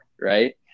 right